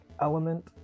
Element